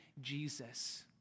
jesus